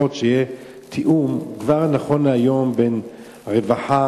שיהיה תיאום כבר נכון להיום בין הרווחה,